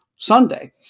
Sunday